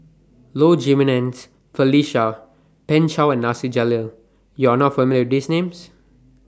Low Jimenez Felicia Pan Shou and Nasir Jalil YOU Are not familiar These Names